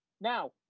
Now